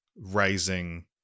raising